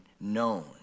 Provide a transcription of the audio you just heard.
known